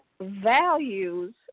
values